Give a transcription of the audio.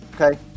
Okay